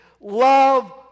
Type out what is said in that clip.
Love